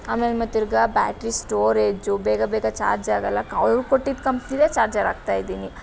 ಆಮೇಲೆ ಮತ್ತಿರ್ಗ battery storage ಬೇಗ ಬೇಗ ಚಾರ್ಜ್ ಆಗಲ್ಲ ಅವರು ಕೊಟ್ಟಿದ್ದ ಕಂಪ್ನಿದ್ದೆ ಚಾರ್ಜರ್ ಹಾಕ್ತಾ ಇದ್ದೀನಿ